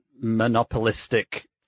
monopolistic